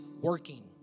working